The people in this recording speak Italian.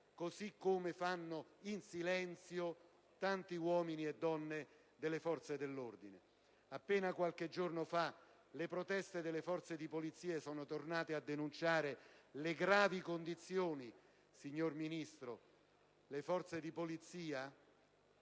così come fanno in silenzio tanti uomini e donne delle forze dell'ordine. Appena qualche giorno fa le proteste delle forze di polizia sono tornate a denunciare le gravi condizioni, signor Ministro, in cui versa